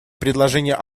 предложение